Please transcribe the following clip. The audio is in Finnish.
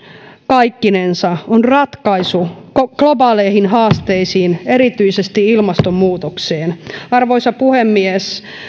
kaikkinensa on ratkaisu globaaleihin haasteisiin erityisesti ilmastonmuutokseen arvoisa puhemies